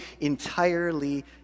entirely